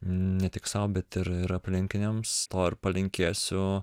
ne tik sau bet ir ir aplinkiniams to ir palinkėsiu